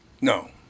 No